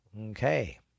Okay